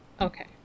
okay